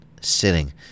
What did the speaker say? sitting